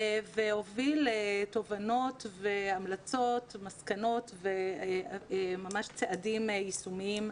והוביל לתובנות והמלצות ומסקנות וממש צעדים יישומיים,